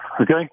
okay